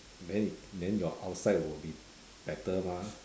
then then your outside will be better mah